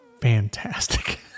fantastic